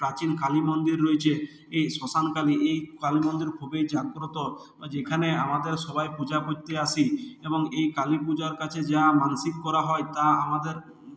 প্রাচীন কালী মন্দির রয়েছে এই শ্মশান কালী এই কালী মন্দির খুবই জাগ্রত যেখানে আমাদের সবাই পূজা করতে আসে এবং এই কালী পূজার কাছে যা মানসিক করা হয় তা আমাদের